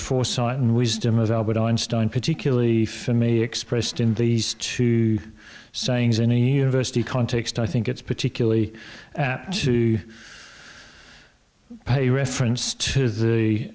foresight and wisdom of albert einstein particularly for me expressed in these two sayings any versity context i think it's particularly apt to pay reference to the